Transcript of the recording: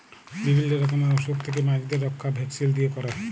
বিভিল্য রকমের অসুখ থেক্যে মাছদের রক্ষা ভ্যাকসিল দিয়ে ক্যরে